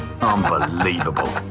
Unbelievable